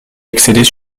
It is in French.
accéder